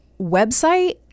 Website